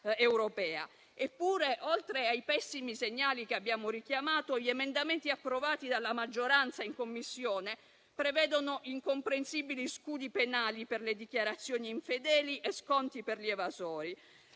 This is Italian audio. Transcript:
europea. Eppure, oltre ai pessimi segnali che abbiamo richiamato, gli emendamenti approvati dalla maggioranza in Commissione prevedono incomprensibili scudi penali per le dichiarazioni infedeli e sconti per gli evasori.